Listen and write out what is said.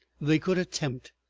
they could attempt.